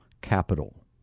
capital